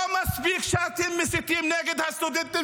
לא מספיק שאתם מסיתים נגד הסטודנטים